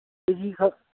ꯀꯦ ꯖꯤꯈꯛ